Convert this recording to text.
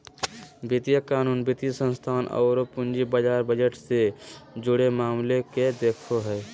वित्तीय कानून, वित्तीय संस्थान औरो पूंजी बाजार बजट से जुड़े मामले के देखो हइ